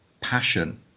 passion